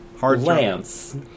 Lance